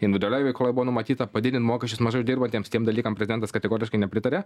individualioj veikloj buvo numatyta padidint mokesčius mažai uždirbantiems tiem dalykam prezidentas kategoriškai nepritarė